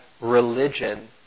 religion